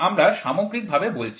আমরা সামগ্রিকভাবে বলছি